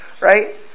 right